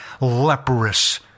leprous